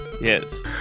Yes